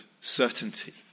certainty